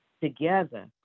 together